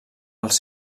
els